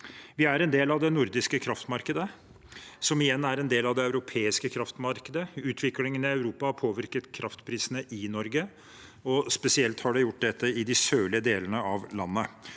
Vi er en del av det nordiske kraftmarkedet, som igjen er en del av det europeiske kraftmarkedet. Utviklingen i Europa har påvirket kraftprisene i Norge, spesielt i de sørlige delene av landet.